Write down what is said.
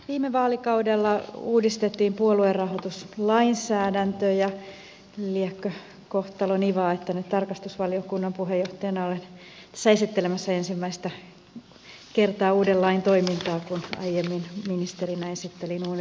viime vaalikaudella uudistettiin puoluerahoituslainsäädäntö ja liekö kohtalonivaa että nyt tarkastusvaliokunnan puheenjohtajana olen tässä esittelemässä ensimmäistä kertaa uuden lain toimintaa kun aiemmin ministerinä esittelin uuden lainsäädännön